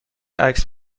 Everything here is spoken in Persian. عکس